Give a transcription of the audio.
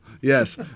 Yes